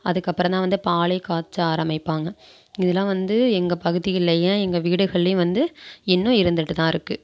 அதுக்கப்புறந்தான் வந்து பாலே காய்ச்ச ஆரமிப்பாங்க இதெலாம் வந்து எங்கள் பகுதிகள்லையும் எங்கள் வீடுகள்லையும் வந்து இன்னும் இருந்துகிட்டு தான் இருக்குது